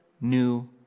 new